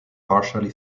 partially